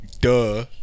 Duh